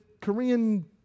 Korean